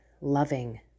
loving